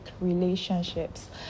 relationships